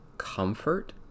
comfort